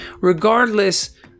regardless